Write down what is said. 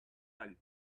kite